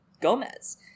Gomez